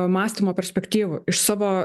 mąstymo perspektyvų iš savo